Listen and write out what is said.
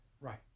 right